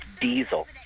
Diesel